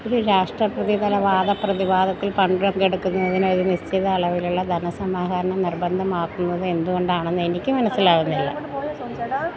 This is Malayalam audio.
ഒരു രാഷ്ട്രപ്രതിതല വാദപ്രതിവാദത്തില് പങ്കെടുക്കുന്നതിന് ഒരു നിശ്ചിത അളവിലുള്ള ധനസമാഹരണം നിർബന്ധമാക്കുന്നത് എന്തുകൊണ്ടാണെന്ന് എനിക്ക് മനസ്സിലാകുന്നില്ല